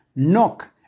Knock